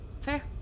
Fair